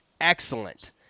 excellent